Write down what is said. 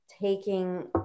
taking